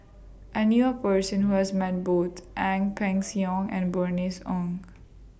I knew A Person Who has Met Both Ang Peng Siong and Bernice Ong